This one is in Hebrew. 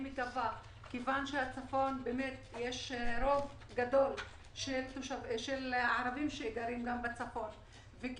מכיוון שבצפון יש רוב גדול של ערבים ויש